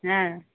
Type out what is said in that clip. हँ